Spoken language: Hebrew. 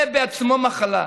זה בעצמו מחלה,